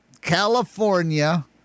California